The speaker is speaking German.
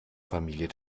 familie